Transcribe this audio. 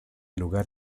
lugar